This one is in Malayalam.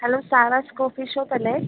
ഹലോ സാറാസ് കോഫി ഷോപ്പല്ലേ